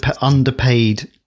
underpaid